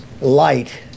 light